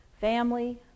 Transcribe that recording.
Family